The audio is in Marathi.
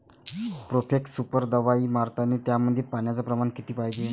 प्रोफेक्स सुपर दवाई मारतानी त्यामंदी पान्याचं प्रमाण किती पायजे?